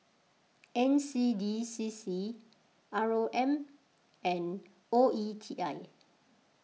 N C D C C R O M and O E T I